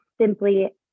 simply